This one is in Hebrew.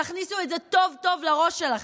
תכניסו את זה טוב טוב לראש שלכם.